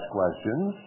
questions